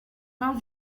vingt